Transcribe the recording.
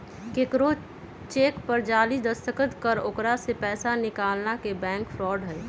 केकरो चेक पर जाली दस्तखत कर ओकरा से पैसा निकालना के बैंक फ्रॉड हई